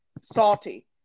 salty